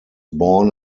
born